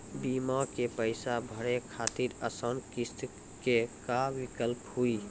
बीमा के पैसा भरे खातिर आसान किस्त के का विकल्प हुई?